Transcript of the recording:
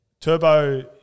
Turbo